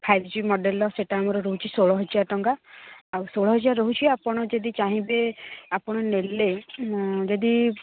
five G ମଡ଼େଲର ସେଇଟା ଆମର ରହୁଛି ଷୋହଳ ହଜାର ଟଙ୍କା ଆଉ ଷୋହଳ ହଜାର ରହୁଛି ଆପଣ ଯଦି ଚାହିଁବେ ଆପଣ ନେଲେ ଯଦି